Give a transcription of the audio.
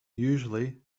usually